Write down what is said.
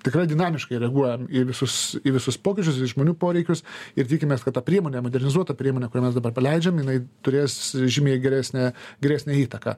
tikrai dinamiškai reaguojam į visus į visus pokyčius į žmonių poreikius ir tikimės kad ta priemonė modernizuota priemonė kurią mes dabar paleidžiam jinai turės žymiai geresnę geresnę įtaką